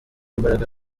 imbaraga